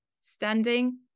standing